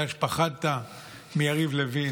אולי רצית באיזשהו מקום, בגלל שפחדת מיריב לוין,